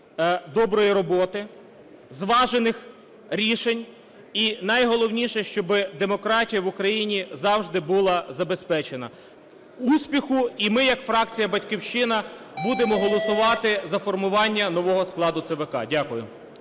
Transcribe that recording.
доброї роботи, зважених рішень і, найголовніше, щоб демократія в Україні завжди була забезпечена. Успіху! І ми, як фракція "Батьківщина" будемо голосувати за формування нового складу ЦВК. Дякую.